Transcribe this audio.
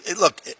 look